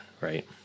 right